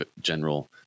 general